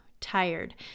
tired